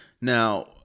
Now